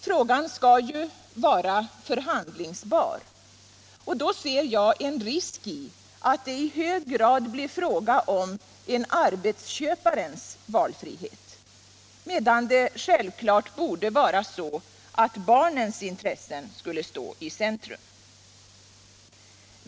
Frågan skall ju vara förhandlingsbar, och då ser jag som en risk att det i hög grad blir fråga om en arbetsköparens valfrihet, medan det borde vara självklart att barnens intressen skulle stå i centrum.